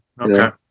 Okay